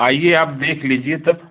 आइए आप देख लीजिए तब